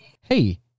Hey